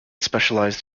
specialized